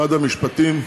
משרד המשפטים,